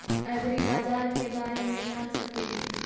ऐग्रिबाजार के बारे मे जान सकेली?